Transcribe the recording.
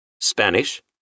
Spanish